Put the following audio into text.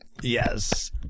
Yes